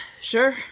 sure